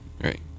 Right